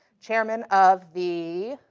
chairman of the